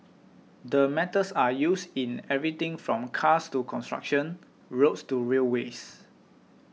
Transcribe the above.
the metals are used in everything from cars to construction roads to railways